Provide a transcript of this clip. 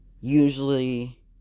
usually